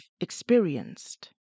experienced